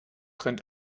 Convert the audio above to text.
rennt